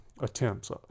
attempts